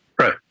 Right